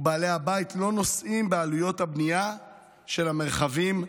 ובעלי הבית לא נושאים בעלויות הבנייה של המרחבים המוגנים.